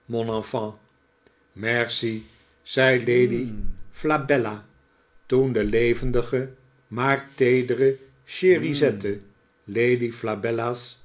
merci zei lady flabella toen de levendige maar teedere cherisette lady flabella's